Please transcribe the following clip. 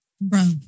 Bro